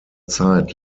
zeit